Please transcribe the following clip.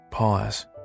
Pause